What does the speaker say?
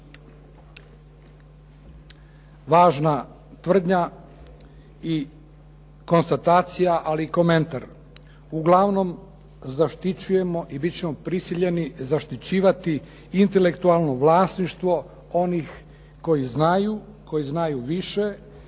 Važna tvrdnja i konstatacija ali i komentar. Uglavnom zaštićujemo i bit ćemo prisiljeni zaštićivati intelektualno vlasništvo onih koji znaju, koji znaju više,